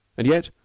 and yet,